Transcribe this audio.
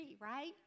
Right